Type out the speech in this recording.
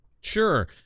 Sure